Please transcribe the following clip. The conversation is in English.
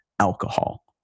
alcohol